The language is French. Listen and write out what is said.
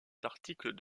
d’articles